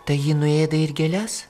tai ji nuėda ir gėles